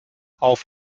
auf